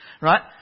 Right